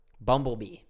Bumblebee